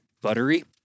buttery